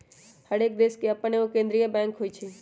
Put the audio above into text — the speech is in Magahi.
हरेक देश के अप्पन एगो केंद्रीय बैंक होइ छइ